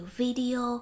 video